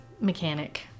mechanic